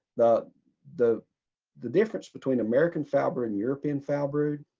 the the the difference between american foulbrood and european foulbrood.